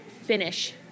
finish